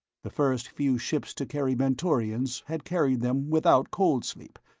the first few ships to carry mentorians had carried them without cold-sleep,